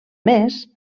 més